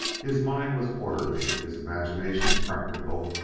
his mind was orderly, his imagination practical,